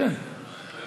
מי נגד?